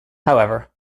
however